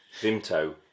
Vimto